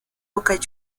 boca